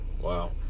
Wow